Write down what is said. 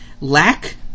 lack